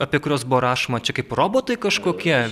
apie kuriuos buvo rašoma čia kaip robotai kažkokie